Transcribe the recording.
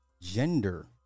gender